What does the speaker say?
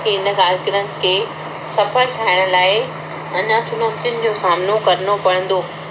इन पर्यावरण खे सफल ठाहिण लाइ अञा चुनौतियुनि जो सामनो करिणो पवंदो